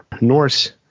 Norse